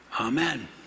Amen